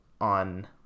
on